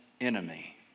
enemy